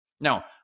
Now